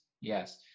yes